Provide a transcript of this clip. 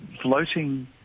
floating